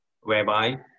whereby